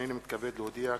הנני מתכבד להודיע,